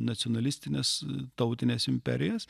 nacionalistines tautines imperijas